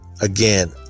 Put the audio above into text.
Again